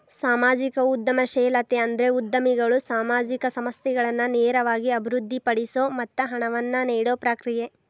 ಸಾಮಾಜಿಕ ಉದ್ಯಮಶೇಲತೆ ಅಂದ್ರ ಉದ್ಯಮಿಗಳು ಸಾಮಾಜಿಕ ಸಮಸ್ಯೆಗಳನ್ನ ನೇರವಾಗಿ ಅಭಿವೃದ್ಧಿಪಡಿಸೊ ಮತ್ತ ಹಣವನ್ನ ನೇಡೊ ಪ್ರಕ್ರಿಯೆ